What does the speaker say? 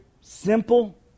simple